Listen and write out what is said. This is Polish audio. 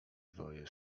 dwoje